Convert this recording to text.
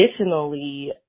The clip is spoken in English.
Additionally